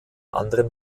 anderen